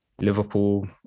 Liverpool